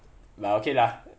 but okay lah